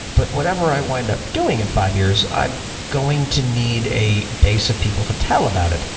but whatever i wind up doing in five years, i'm going to need a base of people to tell about it.